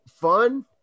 fun